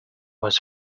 was